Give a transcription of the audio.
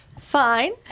fine